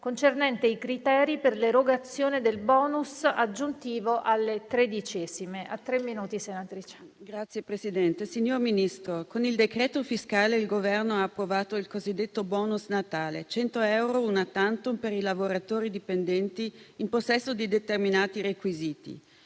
finestra") sui criteri per l'erogazione del *bonus* aggiuntivo alle tredicesime,